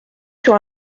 sur